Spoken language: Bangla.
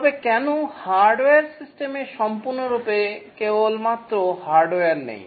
তবে কেন হার্ডওয়্যার সিস্টেমে সম্পূর্ণরূপে কেবল মাত্র হার্ডওয়্যার নেই